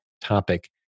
topic